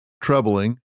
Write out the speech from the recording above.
troubling